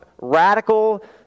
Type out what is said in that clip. radical